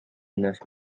neuf